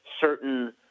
certain